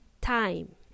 time